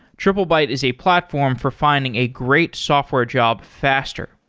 triplebyte is a platform for finding a great software job faster.